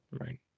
right